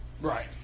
Right